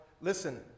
Listen